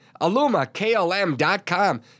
alumaklm.com